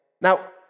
Now